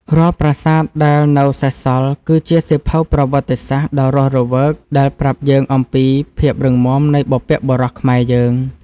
រាល់ប្រាសាទដែលនៅសេសសល់គឺជាសៀវភៅប្រវត្តិសាស្ត្រដ៏រស់រវើកដែលប្រាប់យើងអំពីភាពរឹងមាំនៃបុព្វបុរសខ្មែរយើង។